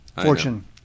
fortune